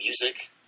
music